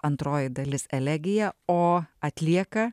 antroji dalis elegija o atlieka